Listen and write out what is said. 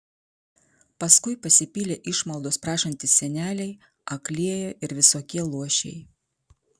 paskui pasipylė išmaldos prašantys seneliai aklieji ir visokie luošiai